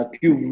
più